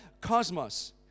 cosmos